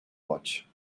watch